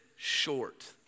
Short